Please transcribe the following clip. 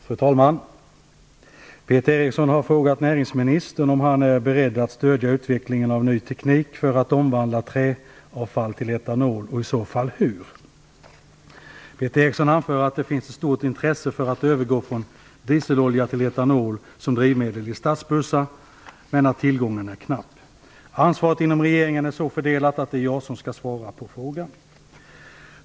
Fru talman! Peter Eriksson har frågat näringsministern om han är beredd att stödja utvecklingen av ny teknik för att omvandla träavfall till etanol och i så fall hur. Peter Eriksson anför att det finns ett stort intresse för att övergå från dieselolja till etanol som drivmedel i stadsbussar men att tillgången är knapp. Ansvaret inom regeringen är så fördelat att det är jag som skall svara på frågan.